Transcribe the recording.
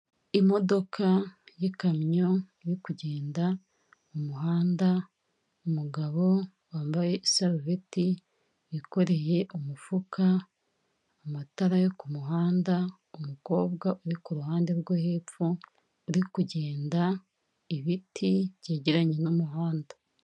Imodoka y'ikamyo iri kugenda mu muhanda, umugabo wambaye isarubeti wikoreye umufuka, amatara yo ku muhanda umukobwa uri ku ruhande rwo hepfo uri kugenda, ibiti byegeranye n'umuhanda.